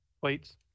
plates